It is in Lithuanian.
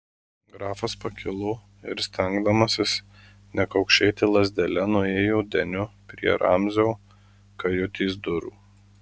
grafas pakilo ir stengdamasis nekaukšėti lazdele nuėjo deniu prie ramzio kajutės durų